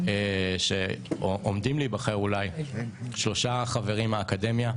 שעומדים להיבחר שלושה חברי אקדמיה,